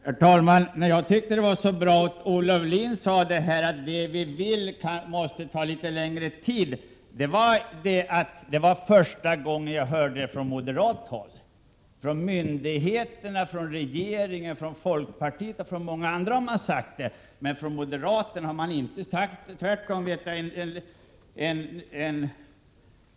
Herr talman! Att jag tyckte att det var bra att Olle Aulin sade att det man vill kommer att ta litet längre tid, berodde på att det var första gången som jag hörde det från moderat håll. Från myndigheterna, från regeringen, från folkpartiet och från många andra håll har man sagt det, men från moderaterna har man inte sagt det.